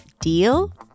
Deal